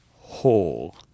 whole